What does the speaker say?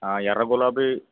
ఆ ఎర్ర గులాబీ